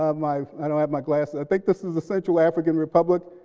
ah my i don't have my glasses. i think this is the central african republic.